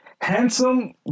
handsome